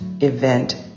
event